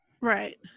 Right